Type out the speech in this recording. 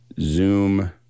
Zoom